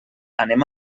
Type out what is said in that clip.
anem